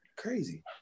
crazy